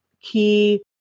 key